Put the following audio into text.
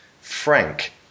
Frank